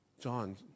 John